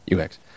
UX